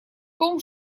том